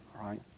right